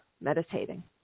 meditating